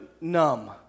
numb